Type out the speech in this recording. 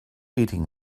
eating